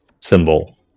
symbol